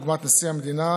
דוגמת נשיא המדינה,